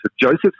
Joseph